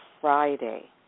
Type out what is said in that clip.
Friday